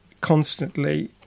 constantly